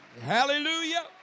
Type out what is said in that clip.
Hallelujah